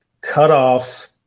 cutoff